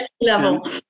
Level